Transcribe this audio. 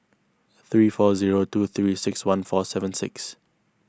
three four zero two three six one four seven six